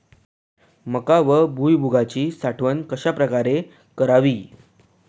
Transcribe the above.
मका व भुईमूगाची साठवण कशाप्रकारे करावी?